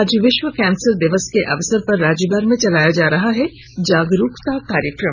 आज विश्व कैंसर दिवस के अवसर पर राज्यभर में चलाया जा रहा है जागरूकता कार्यक्रम